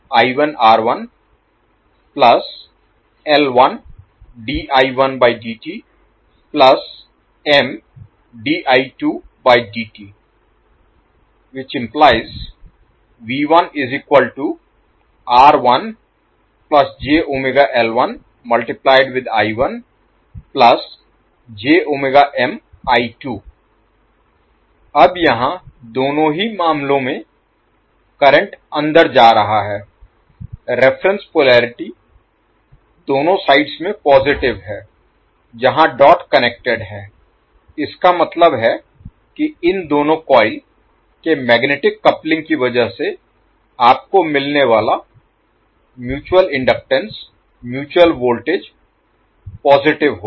तो कॉइल 1 के लिए अब यहाँ दोनों ही मामलों में करंट अंदर जा रहा है रेफरेंस पोलरिटी दोनों साइड्स में पॉजिटिव है जहाँ डॉट कनेक्टेड है इसका मतलब है कि इन दोनों कॉइल के मैग्नेटिक कपलिंग की वजह से आपको मिलने वाला mutual inductance mutual voltage positive होगा